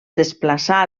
desplaçà